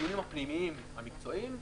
בדיונים הפנימיים המקצועיים,